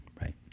right